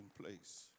place